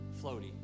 floaty